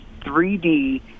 3D